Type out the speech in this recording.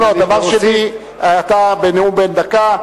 לא, אתה בנאום בן דקה.